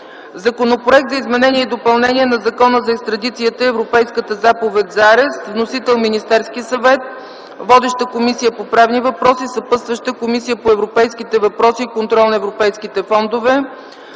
Законопроект за изменение и допълнение на Закона за екстрадицията и Европейската заповед за арест. Вносител – Министерският съвет. Водеща – Комисията по правни въпроси. Съпътстваща – Комисията по европейските въпроси и контрол на европейските фондове.